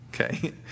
Okay